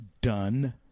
done